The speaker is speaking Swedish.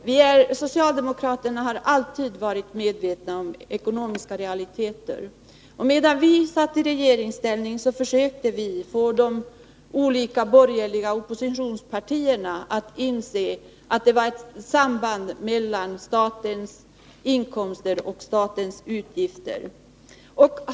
Herr talman! Socialdemokraterna har alltid varit medvetna om ekonomiska realiteter. Medan vi satt i regeringsställning försökte vi få de olika borgerliga oppositionspartierna att inse att det var ett samband mellan statens inkomster och statens utgifter.